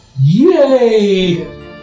Yay